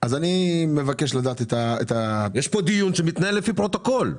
יש פה דיון שמתנהל לפי פרוטוקול.